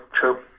true